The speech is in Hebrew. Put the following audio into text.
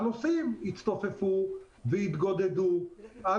מה שגרם לכך שהנוסעים הצטופפו והתגודדו על